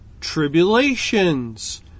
Tribulations